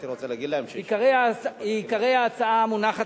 עיקרי ההצעה המונחת